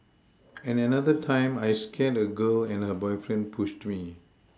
and another time I scared a girl and her boyfriend pushed me